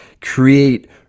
create